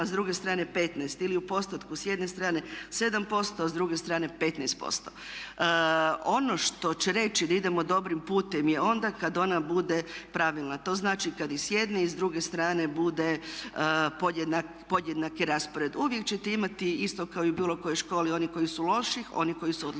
a s druge strane 15. Ili u postotku s jedne strane 7% a s druge strane 15%. Ono što će reći da idemo dobrim putem je onda kada ona bude pravilna. To znači kada i s jedne i s druge strane bude podjednaki raspored. Uvijek ćete imati isto kao i u bilo kojoj školi onih koji su loši, oni koji su odlikaši